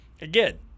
Again